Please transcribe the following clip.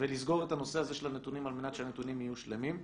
ולסגור את הנושא הזה של הנתונים על מנת שהנתונים יהיו שלמים.